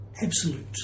absolute